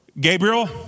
Gabriel